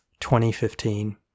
2015